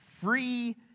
Free